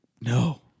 no